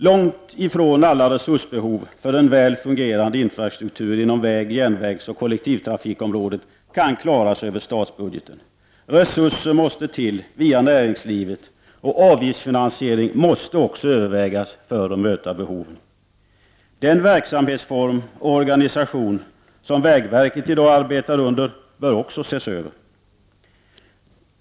Långt ifrån alla resursbehov för en väl fungerande infrastruktur inom väg-, järnvägsoch kollektivtrafikområdet kan klaras över statsbudgeten. Resurser måste till via näringslivet, och avgiftsfinansiering måste också övervägas för att möta behoven. Den verksamhetsform och organisation som vägverket i dag arbetar under bör också ses över.